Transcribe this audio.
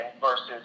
versus